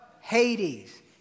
Hades